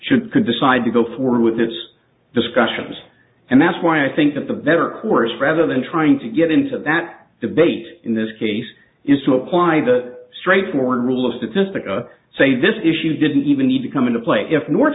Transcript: should could decide to go forward with this discussions and that's why i think that the veteran corps rather than trying to get into that debate in this case is to apply the straightforward rule of statistic or say this issue didn't even need to come into play if north